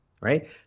Right